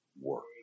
work